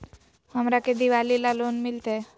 हमरा के दिवाली ला लोन मिलते?